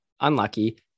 unlucky